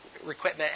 equipment